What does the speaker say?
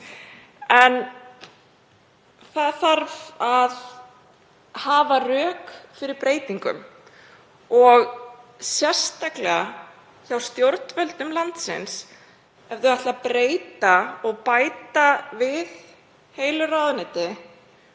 En það þarf að hafa rök fyrir breytingum, sérstaklega stjórnvöld landsins. Ef þau ætla að breyta og bæta við heilu ráðuneyti